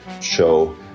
show